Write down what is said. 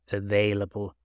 available